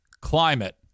climate